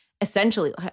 essentially